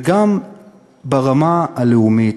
גם ברמה הלאומית,